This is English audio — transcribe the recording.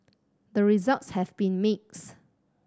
the results have been mixed